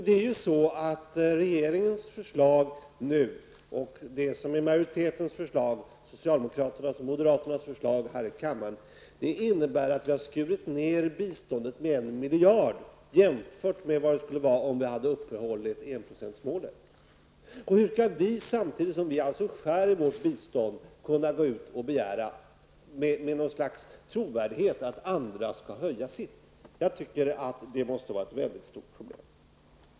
Det är ju så att regeringens förslag nu -- och majoritetens förslag här i kammaren, nämligen socialdemokraternas och moderaternas förslag -- innebär att vi har skurit ned biståndet med 1 miljard kronor jämfört med vad det skulle vara om vi hade uppehållit enprocentsmålet. Hur skall vi, samtidigt som vi alltså skär i vårt bistånd, kunna gå ut och begära, med något slags trovärdighet, att andra skall höja sitt? Jag tycker att det måste vara ett mycket stort problem.